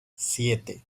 siete